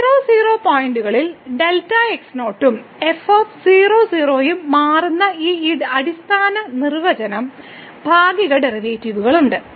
00 പോയിന്റുകളിൽ ഉം f 00 മാറുന്ന ഈ അടിസ്ഥാന നിർവചനം ഭാഗിക ഡെറിവേറ്റീവുകളുണ്ട്